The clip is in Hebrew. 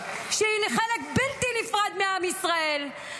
שהיא חלק בלתי נפרד מעם ישראל,